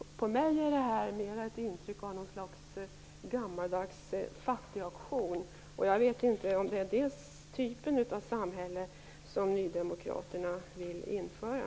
På mig ger det mera ett intryck av något slags gammaldags fattigauktion. Jag vet inte om det är den typen av samhälle som nydemokraterna vill införa.